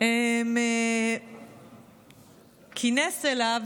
כינס אליו,